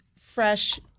fresh